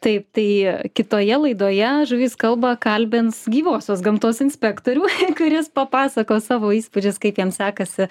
taip tai kitoje laidoje žuvys kalba kalbins gyvosios gamtos inspektorių kuris papasakos savo įspūdžius kaip jam sekasi